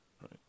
right